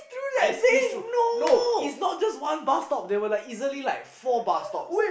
I squeeze through no it's not just one stop there were like easily four bus stops